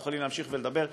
אנחנו יכולים להמשיך לדבר,